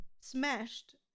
smashed